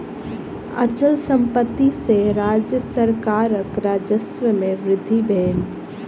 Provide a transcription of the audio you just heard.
अचल संपत्ति सॅ राज्य सरकारक राजस्व में वृद्धि भेल